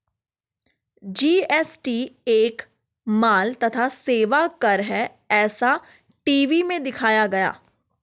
GST एक माल तथा सेवा कर है ऐसा टी.वी में दिखाया गया